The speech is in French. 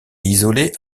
isolées